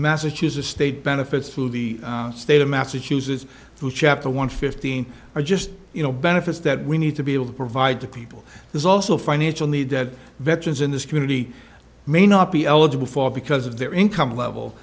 massachusetts state benefits through the state of massachusetts through chapter one fifteen are just you know benefits that we need to be able to provide to people there's also financial need that veterans in this community may not be eligible for because of their income level